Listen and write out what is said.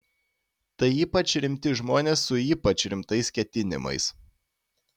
tai ypač rimti žmonės su ypač rimtais ketinimais